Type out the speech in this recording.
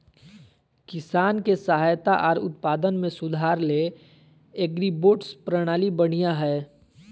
किसान के सहायता आर उत्पादन में सुधार ले एग्रीबोट्स प्रणाली बढ़िया हय